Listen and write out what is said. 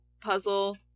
puzzle